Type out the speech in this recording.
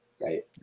right